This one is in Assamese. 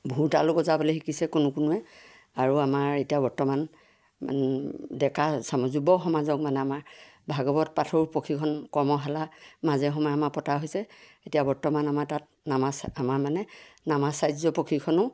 ভোৰতালো বজাবলৈ শিকিছে কোনো কোনোৱে আৰু আমাৰ এতিয়া বৰ্তমান ডেকাচাম যুৱসমাজক মানে আমাৰ ভাগৱত পাঠৰ প্ৰশিক্ষণো কৰ্মশালা মাজেো সময়ে আমাৰ পতা হৈছে এতিয়া বৰ্তমান আমাৰ তাত নামা আমাৰ মানে নামাচাৰ্য প্ৰশিক্ষণো